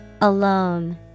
Alone